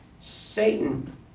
Satan